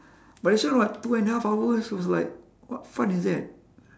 but this one what two and a half hours was like what fun is that